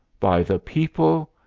by the people,